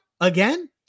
again